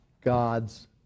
God's